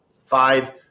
five